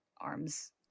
arms